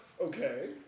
Okay